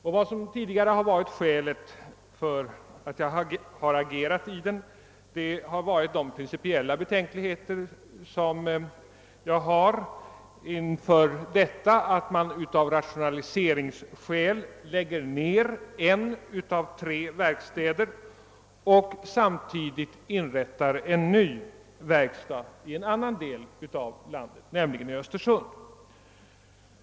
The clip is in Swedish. Jag har tidigare agerat i denna fråga på grund av de principiella betänkligheter jag har inför det förhållandet att man av rationaliseringsskäl lägger ned en av tre verkstäder och samtidigt inrättar en ny verkstad i en annan del av landet, nämligen i Östersund.